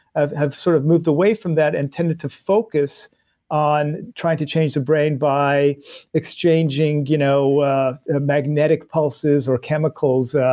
ah have sort of moved away from that and tended to focus on trying to change the brain by exchanging you know ah ah magnetic pulses or chemicals,